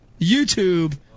YouTube